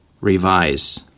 Revise